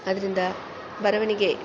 ಆದ್ದರಿಂದ ಬರವಣಿಗೆ